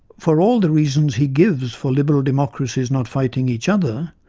for all the reasons he gives for liberal democracies not fighting each other